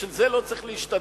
בשביל זה לא צריך להשתדל.